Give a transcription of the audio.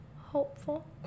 hopeful